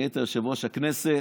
נהיית יושב-ראש הכנסת,